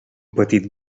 petit